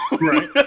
Right